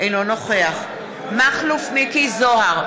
אינו נוכח מכלוף מיקי זוהר,